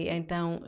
então